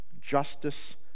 justice